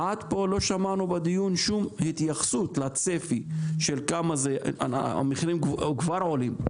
עד פה לא שמענו בדיון שום התייחסות לצפי של כמה זה המחירים כבר עולים,